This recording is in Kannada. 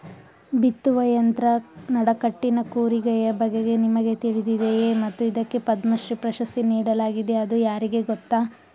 ಬಿತ್ತುವ ಯಂತ್ರ ನಡಕಟ್ಟಿನ ಕೂರಿಗೆಯ ಬಗೆಗೆ ನಿಮಗೆ ತಿಳಿದಿದೆಯೇ ಮತ್ತು ಇದಕ್ಕೆ ಪದ್ಮಶ್ರೀ ಪ್ರಶಸ್ತಿ ನೀಡಲಾಗಿದೆ ಅದು ಯಾರಿಗೆ ಗೊತ್ತ?